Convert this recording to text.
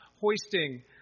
hoisting